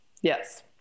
Yes